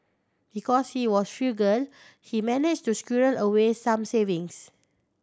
because he was frugal he managed to squirrel away some savings